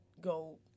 go